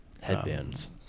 headbands